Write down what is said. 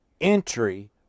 entry